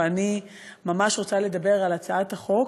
ואני ממש רוצה לדבר על הצעת החוק,